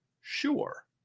Sure